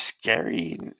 scary